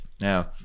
Now